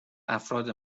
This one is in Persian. افراد